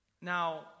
Now